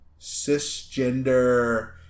cisgender